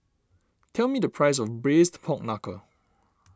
tell me the price of Braised Pork Knuckle